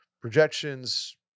projections